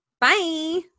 Bye